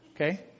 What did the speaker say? Okay